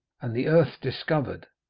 and the earth discovered,